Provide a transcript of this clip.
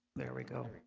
there we go.